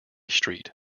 street